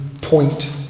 point